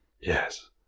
Yes